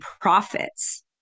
profits